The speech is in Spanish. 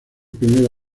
primera